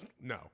No